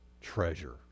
treasure